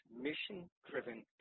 mission-driven